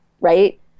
right